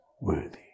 worthy